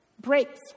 Breaks